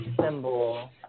symbol